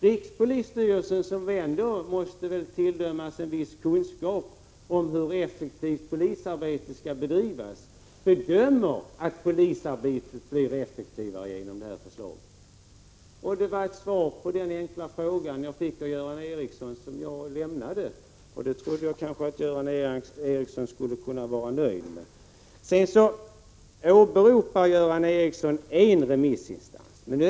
Rikspolisstyrelsen, som väl ändå måste tillerkännas en viss kunskap om hur effektivt polisarbete skall bedrivas, bedömer att polisarbetet blir effektivare genom det här förslaget. Det var det svar jag lämnade på den enkla fråga som jag fick av Göran Ericsson, och jag trodde att Göran Ericsson skulle kunna vara nöjd med det. Sedan åberopar Göran Ericsson en remissinstans.